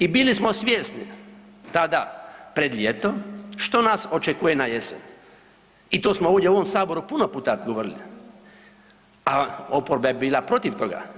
I bili smo svjesni tada pred ljeto što nas očekuje na jesen i to smo ovdje u ovom saboru puno puta govorili, a oporba je bila protiv toga.